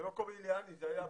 זה לא קובי ליאני, זה היה בוזגלו.